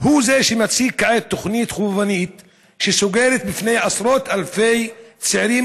הוא שמוציא כעת תוכנית חובבנית שסוגרת בפני עשרות אלפי צעירים